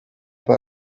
per